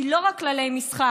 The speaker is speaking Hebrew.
היא לא רק כללי משחק,